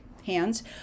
hands